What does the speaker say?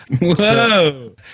Whoa